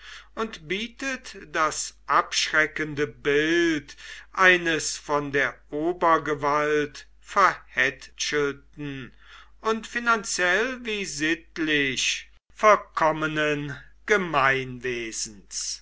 und bietet das abschreckende bild eines von der obergewalt verhätschelten und finanziell wie sittlich verkommenen gemeinwesens